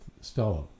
Stella